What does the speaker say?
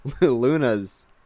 Luna's